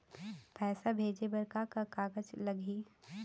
पैसा भेजे बर का का कागज लगही?